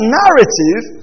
narrative